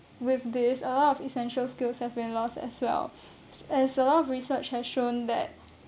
with this a lot of essential skills have been lost as well as a lot of research has shown that